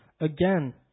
again